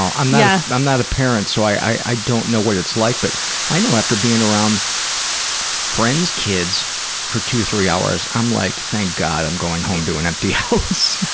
i'm yeah i'm not a parent so i don't know what it's like but i know after being around friends' kids for two three hours, i'm like, thank god i'm going home to an empty house.